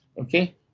okay